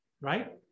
Right